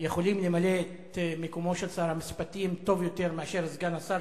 יכול למלא את מקומו של שר המשפטים טוב יותר מסגן השר,